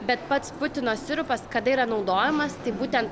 bet pats putino sirupas kada yra naudojamas tai būtent